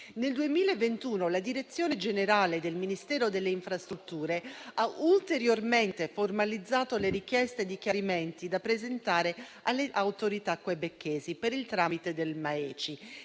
Nel 2021 la Direzione generale del Ministero delle infrastrutture e dei trasporti ha ulteriormente formalizzato le richieste di chiarimenti da presentare alle autorità quebecchesi, per il tramite del MAECI;